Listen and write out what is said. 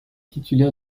titulaire